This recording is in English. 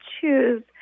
choose